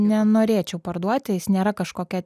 nenorėčiau parduoti jis nėra kažkokia